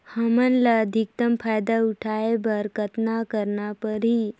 हमला अधिकतम फायदा उठाय बर कतना करना परही?